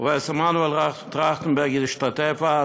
פרופ' מנואל טרכטנברג השתתף אז.